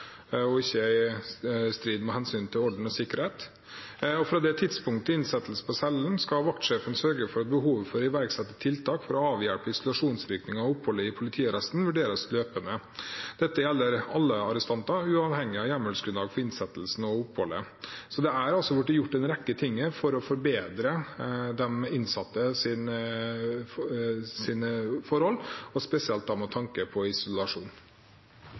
og det ikke er i strid med hensynet til orden og sikkerhet. Fra tidspunktet for innsettelse på cellen skal vaktsjefen sørge for at behovet for å iverksette tiltak for å avhjelpe isolasjonsvirkninger av oppholdet i politiarresten vurderes løpende. Dette gjelder alle arrestanter, uavhengig av hjemmelsgrunnlag for innsettelsen og oppholdet. Det er altså blitt gjort en rekke ting for å forbedre de innsattes forhold, spesielt med tanke på isolasjon. Vi har gjennom denne rapporten og også tidligere blitt kjent med